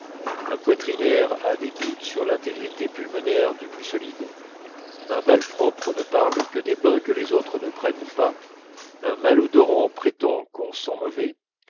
un poitrinaire a des doutes sur l'intégrité pulmonaire du plus solide un malpropre ne parle que des bains que les autres ne prennent pas un malodorant prétend qu'on sent mauvais